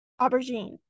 aubergine